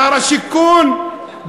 שר השיכון,